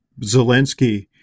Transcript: Zelensky